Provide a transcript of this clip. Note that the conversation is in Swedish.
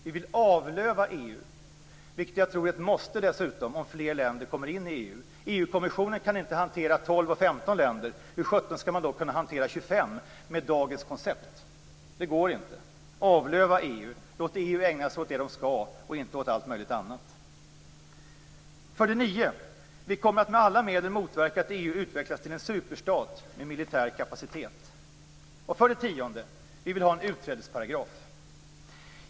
Vi vill avlöva EU, vilket jag tror är ett måste dessutom om fler länder kommer in i EU. EU-kommissionen kan inte hantera 15 länder. Hur sjutton skall man då kunna hantera 25 med dagens koncept? Det går inte. Avlöva EU! Låt EU ägna sig åt det man skall och inte åt allt möjligt annat. För det åttonde: Vi kommer att med alla medel motverka att EU utvecklas till en superstat med militär kapacitet. För det nionde: Vi vill ha en utträdesparagraf.